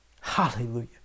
hallelujah